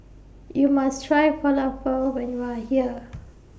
YOU must Try Falafel when YOU Are here